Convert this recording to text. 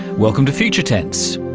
welcome to future tense.